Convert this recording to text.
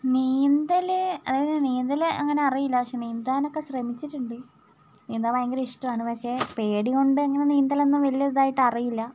നീന്തല് അതായത് നീന്തല് അങ്ങനെ അറിയില്ല പക്ഷെ നീന്താൻ ഒക്കെ ശ്രമിച്ചിട്ടുണ്ട് നീന്താൻ ഭയങ്കര ഇഷ്ട്ടമാണ് പക്ഷെ പേടികൊണ്ട് അങ്ങനെ നീന്തൽ ഒന്നും വലുതായിട്ട് അറിയില്ല